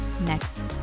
next